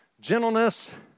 gentleness